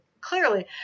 clearly